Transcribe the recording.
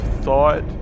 thought